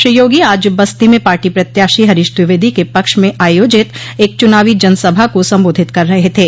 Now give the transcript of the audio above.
श्री योगी आज बस्ती में पार्टी प्रत्याशी हरीश द्विवेदी के पक्ष में आयोजित एक चुनावी जनसभा को संबोधित कर रहे थे